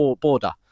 border